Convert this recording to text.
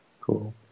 Cool